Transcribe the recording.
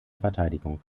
verteidigung